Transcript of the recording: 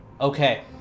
Okay